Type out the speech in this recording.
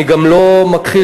אני גם לא מכחיש,